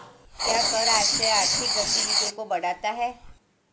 क्या कर आश्रय आर्थिक गतिविधियों को बढ़ाता है?